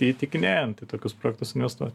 įtikinėjant į tokius projektus investuoti